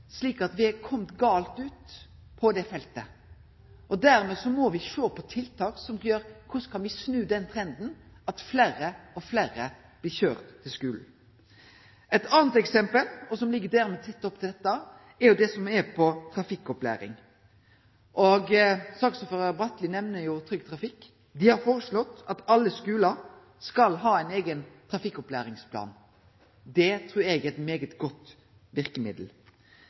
feltet. Derfor må me sjå på tiltak som gjer at me kan snu trenden med at fleire og fleire blir køyrde til skulen. Eit anna eksempel, som ligg tett opptil dette, er det som går på trafikkopplæring. Saksordførar Susanne Bratli nemner Trygg Trafikk. Dei har føreslått at alle skular skal ha ein eigen trafikkopplæringsplan. Det trur eg er eit særs godt verkemiddel.